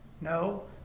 No